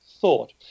thought